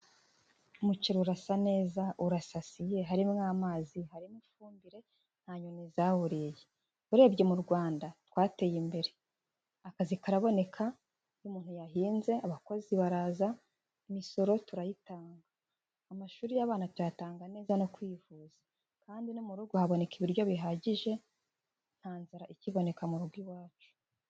Umuceri urasa neza urasasiye harimo amazi harimo n'ifumbire nta nyoni zawuriye. Urebye mu Rwanda twateye imbere akazi karaboneka, iyo umuntu yahinze abakozi baraza, imisoro turayitanga, amashuri y'abana turayatanga neza no kwivuza kandi no mu rugo haboneka ibiryo bihagije nta nzara ikiboneka mu rugo iwacu.